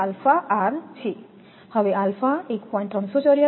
હવે 1